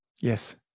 Yes